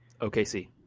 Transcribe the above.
OKC